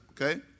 Okay